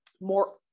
more